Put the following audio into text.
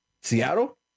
Seattle